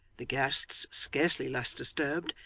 the guests, scarcely less disturbed,